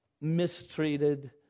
mistreated